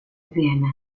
vienna